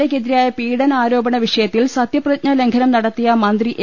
A ക്കെതിരായ പീഡനാ രോപണ വിഷയത്തിൽ സത്യപ്രതിജ്ഞാലംഘനം നടത്തിയ മന്ത്രി എ